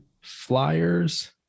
Flyers